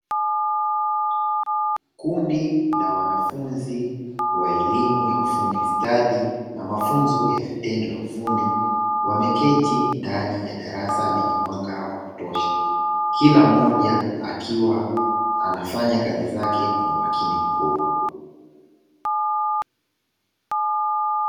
Kundi la wanafunzi wa elimu ya ufundi stadi na mafunzo ya vitendo vya ufundi wameketi ndani ya darasa lenye mwanga wa kutosha. Kila mmoja akiwa anafanya kazi zake kwa umakini mkubwa.